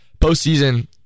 postseason